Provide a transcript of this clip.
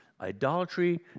idolatry